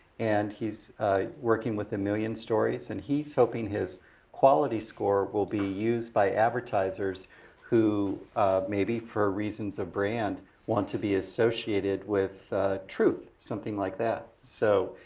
and he's working with a million stories, and he's hoping his quality score will be used by advertisers who maybe for reasons of brand want to be associated with truth, something like that. so,